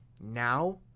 Now